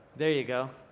there you go.